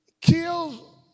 kills